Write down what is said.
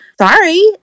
sorry